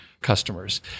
customers